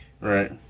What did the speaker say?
Right